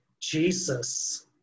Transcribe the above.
Jesus